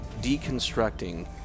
deconstructing